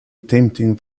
attempting